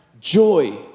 joy